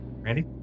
Randy